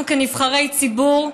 אנחנו, כנבחרי ציבור,